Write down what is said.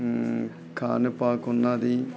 కానిపాకం ఉంది